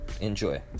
Enjoy